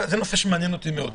זה נושא שמעניין אותי מאוד,